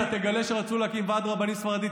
אתה תגלה שרצו להקים ועד רבנים ספרדי.